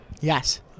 Yes